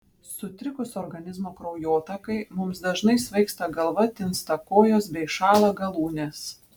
sutrikus organizmo kraujotakai mums dažnai svaigsta galva tinsta kojos bei šąla galūnės